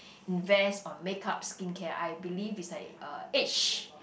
invest on make-up skincare I believe it's like uh age